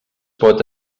pot